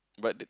but the